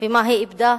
מה היא איבדה